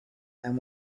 and